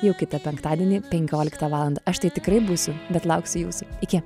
jau kitą penktadienį penkioliktą valandą aš tai tikrai būsiu bet lauksiu jūsų iki